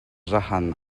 zahan